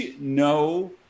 no